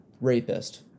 rapist